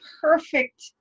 perfect